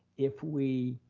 if we